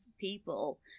people